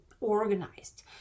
organized